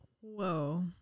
Whoa